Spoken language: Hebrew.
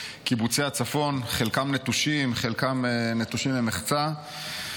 בקיבוצי הצפון, חלקם נטושים, חלקם נטושים למחצה.